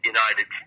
United